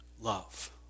love